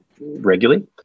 regularly